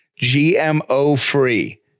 GMO-free